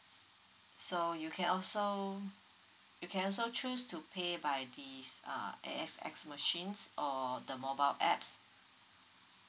s~ so you can also you can also choose to pay by this uh A_X_S machines or the mobile apps